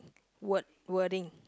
word wording